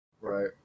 Right